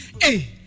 Hey